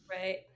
Right